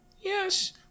Yes